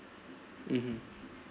(uh huh)